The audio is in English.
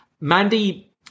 mandy